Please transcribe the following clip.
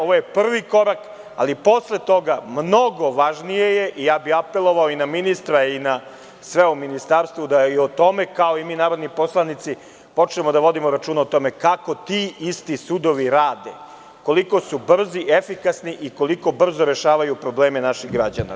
Ovo je prvi korak, ali posle toga je mnogo važnije, i apelovao bih na ministra i na sve u Ministarstvu da i o tome, kao i mi narodni poslanici, počnu da vode računa, kako ti isti sudovi rade, koliko su brzi, efikasni i koliko brzo rešavaju probleme naših građana.